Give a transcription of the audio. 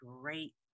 great